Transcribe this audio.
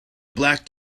black